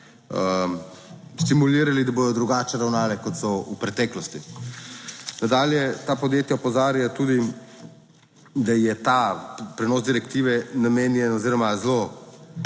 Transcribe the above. stimulirali, da bodo drugače ravnale kot so v preteklosti? Nadalje, ta podjetja opozarjajo tudi, da je ta prenos direktive namenjen oziroma zelo